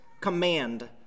command